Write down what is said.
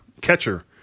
Catcher